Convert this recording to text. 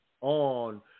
on